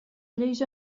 lleis